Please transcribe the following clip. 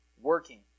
working